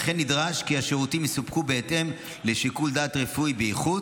וכן נדרש כי השירותים יסופקו בהתאם לשיקול דעת רפואי באיכות,